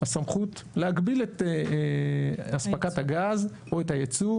הסמכות להגביל את אספקת הגז או את הייצוא